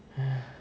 !hais!